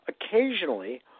occasionally